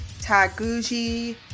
Taguchi